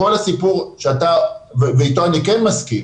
כל הסיפור ואתו אני כן מסכים,